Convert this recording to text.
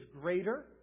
greater